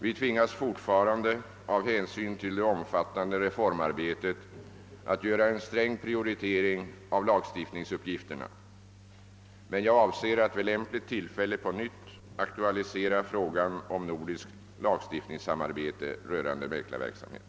Vi tvingas fortfarande av hänsyn till det omfattande reformarbetet att göra en stark prioritering av lagstiftningsuppgifterna men jag avser att vid lämpligt tillfälle på nytt aktualisera frågan om nordiskt lagstiftningssamarbete rörande mäklarverksamhet.